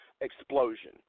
explosion